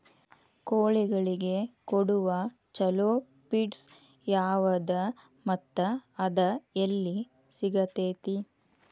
ಕೋಳಿಗಳಿಗೆ ಕೊಡುವ ಛಲೋ ಪಿಡ್ಸ್ ಯಾವದ ಮತ್ತ ಅದ ಎಲ್ಲಿ ಸಿಗತೇತಿ?